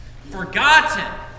forgotten